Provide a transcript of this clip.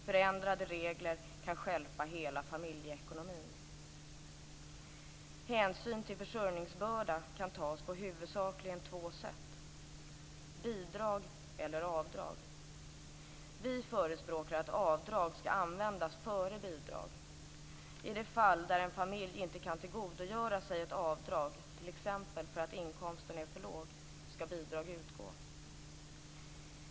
Förändrade regler kan stjälpa hela familjeekonomin. Hänsyn till försörjningsbörda kan huvudsakligen tas på två sätt: bidrag eller avdrag. Vi förespråkar att avdrag skall användas före bidrag. I de fall där en familj inte kan tillgodogöra sig ett avdrag, t.ex. för att inkomsten är för låg, skall bidrag utgå.